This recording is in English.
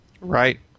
Right